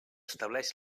estableix